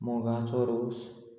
मुगाचो रोस